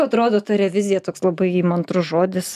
atrodo ta revizija toks labai įmantrus žodis